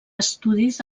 estudis